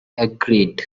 agreed